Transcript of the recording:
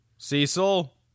Cecil